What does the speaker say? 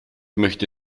möchte